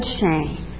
shame